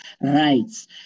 rights